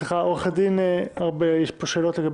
עורכת הדין ארבל, בבקשה, יש פה שאלות.